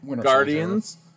Guardians